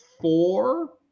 four